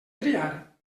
triar